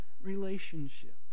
relationship